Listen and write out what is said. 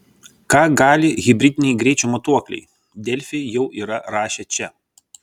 ką gali hibridiniai greičio matuokliai delfi jau yra rašę čia